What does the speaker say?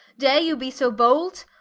dare you be so bold?